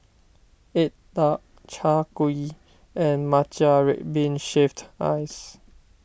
Egg Tart Chai Kuih and Matcha Red Bean Shaved Ice